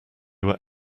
were